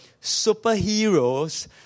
superheroes